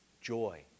joy